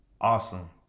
awesome